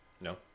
No